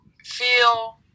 feel